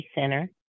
Center